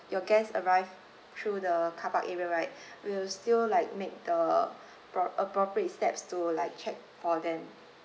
your guest arrived through the car park area right we will still like make the pro~ appropriate steps to like check for them